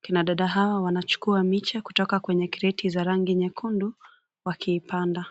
Kina dada hawa wanachukua miche kutoka kwenye kreti za rangi nyekundu wakiipanda.